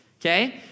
okay